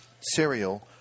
cereal